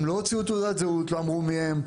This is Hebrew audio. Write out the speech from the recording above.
הם לא הוציאו תעודת זהות, לא אמרו מיהם.